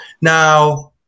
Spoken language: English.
Now